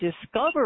discover